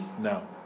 No